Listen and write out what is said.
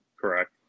Correct